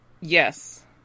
Yes